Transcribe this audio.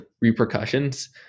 repercussions